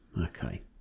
Okay